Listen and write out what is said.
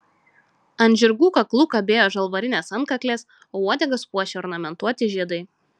ant žirgų kaklų kabėjo žalvarinės antkaklės o uodegas puošė ornamentuoti žiedai